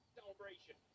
celebration